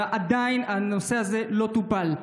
ועדיין הנושא הזה לא טופל.